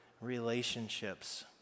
relationships